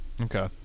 Okay